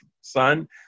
Son